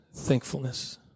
thankfulness